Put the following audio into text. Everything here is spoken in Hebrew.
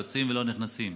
שיוצאים ולא נכנסים,